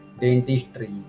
dentistry